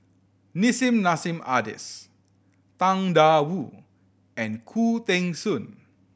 Nissim Nassim Adis Tang Da Wu and Khoo Teng Soon